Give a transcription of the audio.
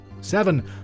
Seven